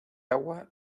agua